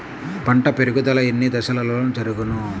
పంట పెరుగుదల ఎన్ని దశలలో జరుగును?